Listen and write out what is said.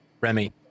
Remy